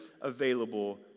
available